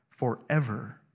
forever